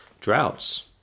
droughts